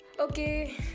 okay